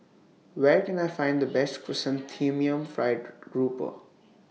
Where Can I Find The Best Chrysanthemum Fried Grouper